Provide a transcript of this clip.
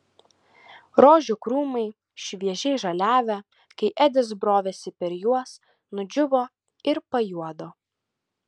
rožių krūmai šviežiai žaliavę kai edis brovėsi per juos nudžiūvo ir pajuodo